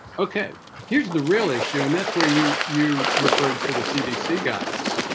okay here's the real issue and that's where you you referred to the cdc guidance